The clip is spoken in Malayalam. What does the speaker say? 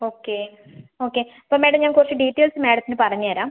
ഓക്കെ ഓക്കെ ഇപ്പം മാഡം ഞാൻ കുറച്ച് ഡീറ്റെയിൽസ് മാഡത്തിന് പറഞ്ഞ് തരാം